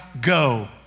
go